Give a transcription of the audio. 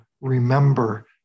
remember